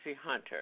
hunter